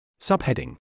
Subheading